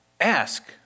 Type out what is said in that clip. ask